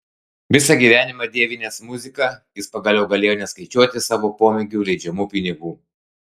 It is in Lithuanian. visą gyvenimą dievinęs muziką jis pagaliau galėjo neskaičiuoti savo pomėgiui leidžiamų pinigų